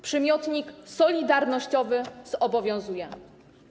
Przymiotnik „solidarnościowy” zobowiązuje.